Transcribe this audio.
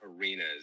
arenas